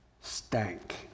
stank